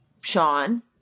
Sean